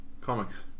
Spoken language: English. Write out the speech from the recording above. comics